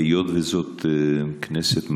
היות שזאת כנסת מעבר,